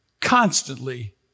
constantly